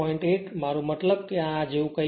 8 મારો મતલબ કે તે આ જેવું કંઈક છે